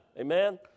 amen